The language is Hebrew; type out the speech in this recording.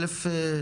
א'